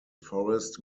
forest